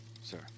sir